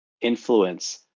influence